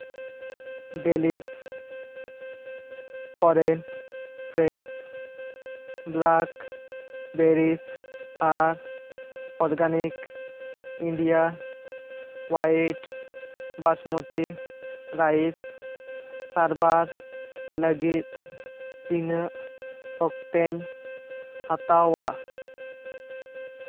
dailies farm fresh black berries ᱟᱨ organic India white basmati rice ᱥᱟᱨᱵᱷᱟᱨ ᱞᱟᱹᱜᱤᱫ ᱛᱤᱱᱟᱹᱜ ᱚᱠᱛᱮᱧ ᱦᱟᱛᱟᱣᱟ